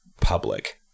public